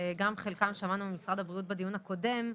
על חלקם שמענו ממשרד הבריאות בדיון הקודם,